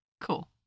cool